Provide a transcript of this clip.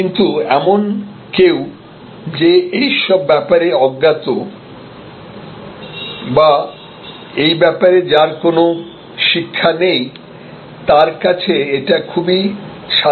কিন্তু এমন কেউ যে এই সব ব্যাপারে অজ্ঞাত বা এই ব্যাপারে যার কোন শিক্ষা নেই তার কাছে এটা খুবই সাধারণ মনে হতে পারে